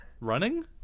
Running